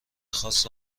خاص